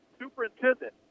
superintendent